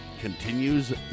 continues